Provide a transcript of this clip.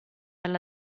alla